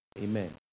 Amen